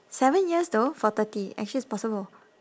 seven though for thirty actually it's possible